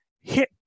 hit